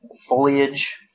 foliage